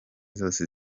zose